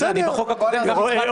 אתה יודע, בחוק הקודם אני הצבעתי בעד.